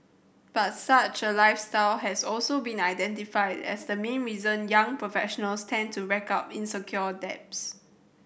but such a lifestyle has also been identified as the main reason young professionals tend to rack up unsecured debts